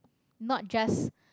not just